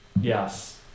Yes